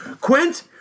Quint